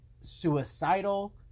suicidal